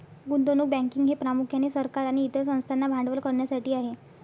गुंतवणूक बँकिंग हे प्रामुख्याने सरकार आणि इतर संस्थांना भांडवल करण्यासाठी आहे